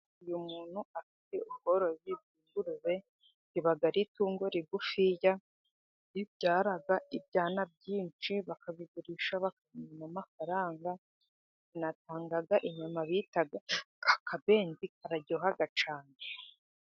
Uyu muntu afite ubworozi bw'ingurube. Riba ari itungo rigufi ribyara ibyana byinshi, bakabigurisha, bakabona amafaranga. Rinatanga inyama bita akabenzi, kararyoha cyane.